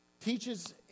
teaches